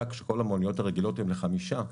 כאשר כל המוניות הרגילות הם לחמישה אנשים,